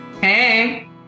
Hey